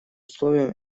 условием